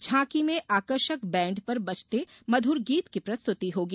झांकी में आकर्षक बैंड पर बजते मध्रगीत की प्रस्तुति होगी